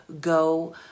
Go